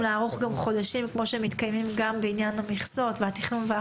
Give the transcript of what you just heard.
לערוך חודשים כמו בעניין המכסות והתכנון,